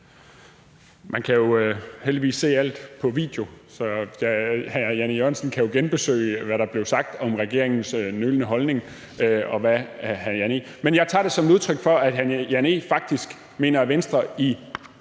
Man kan jo heldigvis se alt på video, så hr. Jan E. Jørgensen kan jo genbesøge, hvad der blev sagt om regeringens nølende holdning. Men jeg tager det som udtryk for, at hr. Jan E. Jørgensen faktisk mener, at Venstre i